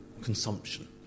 consumption